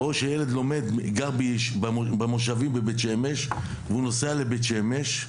או שילד גר במושבים בבית שמש ונוסע לבית שמש,